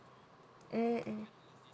mm mm